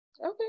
Okay